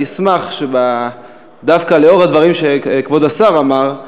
אני אשמח שדווקא לאור הדברים שכבוד השר אמר,